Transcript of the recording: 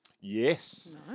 Yes